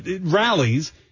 rallies